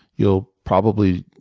you'll probably